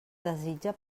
desitja